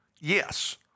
Yes